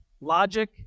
Logic